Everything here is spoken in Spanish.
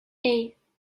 hey